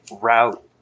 route